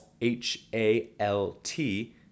H-A-L-T